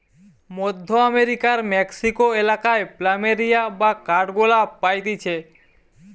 মধ্য আমেরিকার মেক্সিকো এলাকায় প্ল্যামেরিয়া বা কাঠগোলাপ পাইতিছে